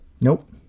Nope